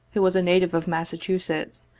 who was a native of massachusetts,